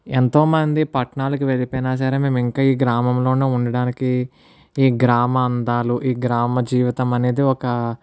ఎంతో మంది పట్నాలకి వెళ్ళిపోయినా సరే మేము ఇంకా ఈ గ్రామంలోనే ఉండడానికి ఈ గ్రామ అందాలు ఈ గ్రామ జీవితం అనేది ఒక